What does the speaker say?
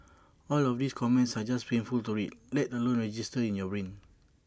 all of these comments are just painful to read let alone register in your brain